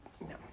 No